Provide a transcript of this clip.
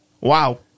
Wow